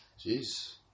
Jeez